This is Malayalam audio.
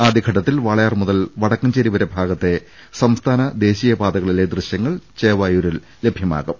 ആദ്യഘട്ടത്തിൽ വാളയാർ മുതൽ വടക്കഞ്ചേരി വരെ ഭാഗത്തെ സംസ്ഥാന ദേശീയ പാതകളിലെ ദൃശൃങ്ങൾ ചേവായൂരിൽ ലഭ്യമാകും